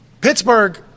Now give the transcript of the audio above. Pittsburgh